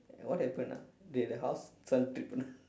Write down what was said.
and what happened ah did the house some tripped